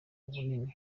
ubunini